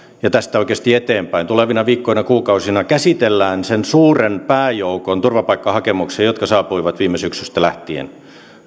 ja tästä oikeasti eteenpäin tulevina viikkoina kuukausina käsitellään sen suuren pääjoukon turvapaikkahakemuksia joka on saapunut viime syksystä lähtien